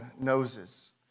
noses